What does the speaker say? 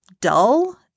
dull